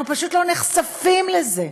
אנחנו פשוט לא נחשפים לזה.